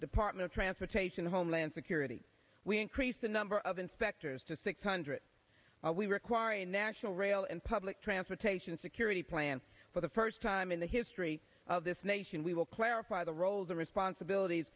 department of transportation homeland security we increase the number of inspectors to six hundred we require a national rail and public transportation security plan for the first time in the history of this nation we will clarify the roles and responsibilities